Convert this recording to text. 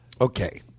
Okay